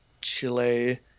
Chile